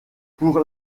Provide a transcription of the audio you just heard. pour